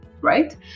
right